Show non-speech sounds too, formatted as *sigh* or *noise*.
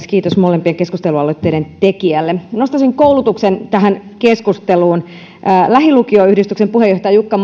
*unintelligible* kiitos molempien keskustelualoitteiden tekijöille nostaisin koulutuksen tähän keskusteluun lähilukioyhdistyksen puheenjohtaja jukka *unintelligible*